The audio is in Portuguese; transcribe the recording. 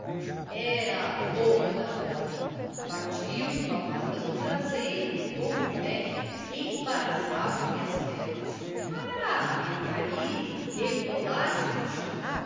era a boba da roda batiam-lhe palmadas no traseiro e com o pé embaraçavam lhe as pernas para a ver cair e rebolar se no chão